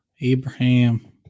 Abraham